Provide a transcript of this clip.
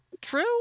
true